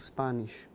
Spanish